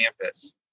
campus